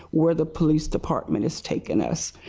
where the police department is taking us.